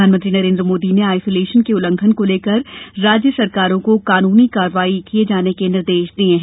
प्रधानमंत्री नरेंद्र मोदी ने आइसोलेशन के उल्लंघन को लेकर राज्य सरकारों को कानूनी कार्रवाई किए जाने के निर्देश दिये हैं